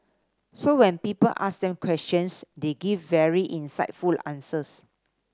so when people asked them questions they give very insightful answers